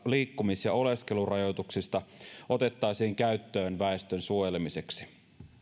liikkumis ja oleskelurajoituksista otettaisiin käyttöön väestön suojelemiseksi